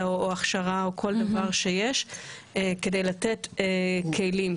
או ההכשרה או כל דבר שיש כדי לתת כלים,